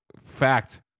Fact